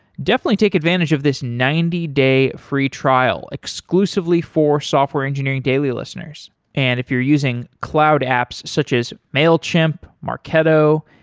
definitely take advantage of this ninety day free trial exclusively for software engineering daily listeners and if you're using cloud apps such as mailchimp, marketo,